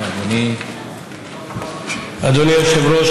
אדוני היושב-ראש,